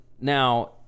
now